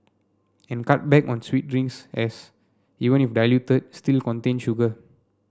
and cut back on sweet drinks as even if diluted still contain sugar